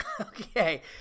Okay